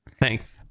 Thanks